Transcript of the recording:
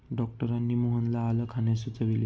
डॉक्टरांनी मोहनला आलं खाण्यास सुचविले